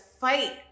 fight